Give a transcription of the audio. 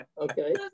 Okay